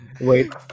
Wait